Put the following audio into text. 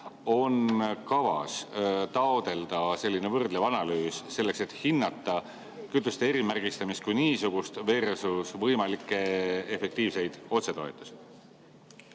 on kavas taotleda sellise võrdleva analüüsi [tegemist], selleks et hinnata kütuse erimärgistamist kui niisugustversusvõimalikke efektiivseid otsetoetusi?